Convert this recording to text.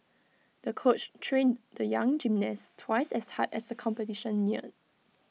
the coach trained the young gymnast twice as hard as the competition neared